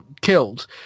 killed